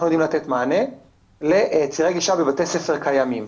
יודעים לתת מענה לצירי גישה בבתי ספר קיימים.